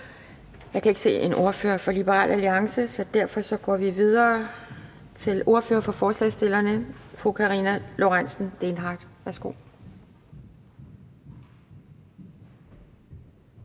Jeg kan ikke se en ordfører fra Liberal Alliance. Derfor går vi videre til ordføreren for forslagsstillerne, fru Karina Lorentzen Dehnhardt. Værsgo.